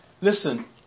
Listen